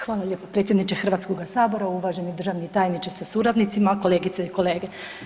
Hvala lijepo predsjedniče Hrvatskoga sabora, uvaženi državni tajniče sa suradnicima, kolegice i kolege.